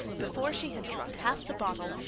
before she had drunk half the bottle,